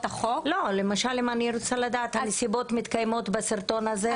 החוק --- הנסיבות מתקיימות בסרטון הזה,